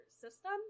system